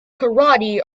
karate